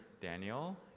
Daniel